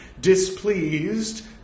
displeased